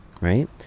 right